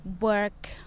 work